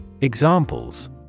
Examples